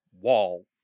wall